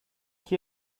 chi